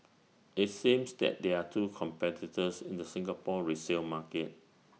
IT seems that there are two competitors in the Singapore resale market